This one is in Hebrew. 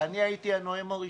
ואני הייתי הנואם הראשון.